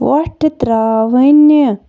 وۄٹھٕ ترٛاوٕنہِ